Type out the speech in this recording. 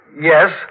Yes